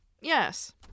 Yes